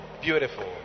beautiful